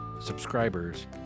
subscribers